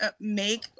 make